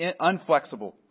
Unflexible